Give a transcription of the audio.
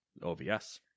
OVS